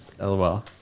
LOL